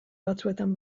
batzuetan